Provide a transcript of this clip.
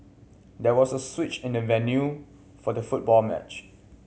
there was a switch in the venue for the football match